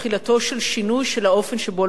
שינוי של האופן שבו לומדים בבית-הספר.